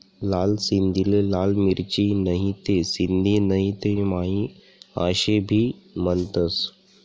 लाल सिंधीले लाल मिरची, नहीते सिंधी नहीते माही आशे भी म्हनतंस